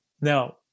Now